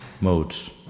modes